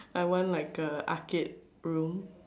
I want like a arcade room